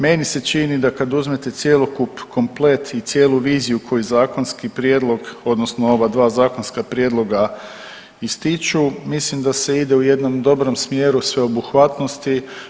Meni se čini da kad uzmete cjelokup komplet i cijelu viziju koju zakonski prijedlog odnosno ova dva zakonska prijedloga ističu, mislim da se ide u jednom dobrom smjeru sveobuhvatnosti.